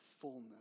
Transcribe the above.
fullness